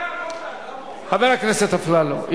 חבר הכנסת אפללו,